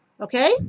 Okay